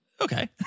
Okay